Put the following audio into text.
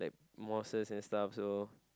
mosques and stuff so